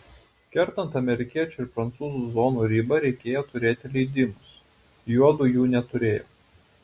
kertant amerikiečių ir prancūzų zonų ribą reikėjo turėti leidimus juodu jų neturėjo